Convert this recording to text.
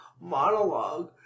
monologue